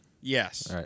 Yes